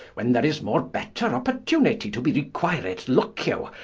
when there is more better oportunitie to be required, looke you,